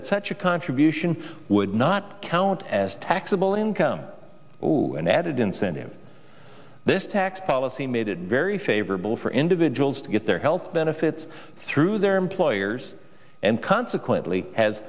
that such a contribution would not count as taxable income and added incentive this tax policy made it very favorable for individuals to get their health benefits through their employers and consequently as